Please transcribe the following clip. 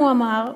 הוא אמר,